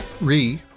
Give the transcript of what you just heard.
re